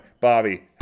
Bobby